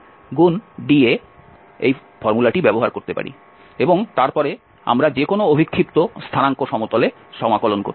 ∇fpdA ব্যবহার করতে পারি এবং তারপরে আমরা যে কোনও অভিক্ষিপ্ত স্থানাঙ্ক সমতলে সমাকলন করতে পারি